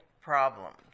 problems